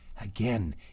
again